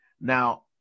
Now